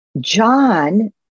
John